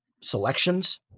selections